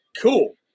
Cool